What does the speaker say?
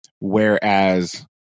Whereas